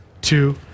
two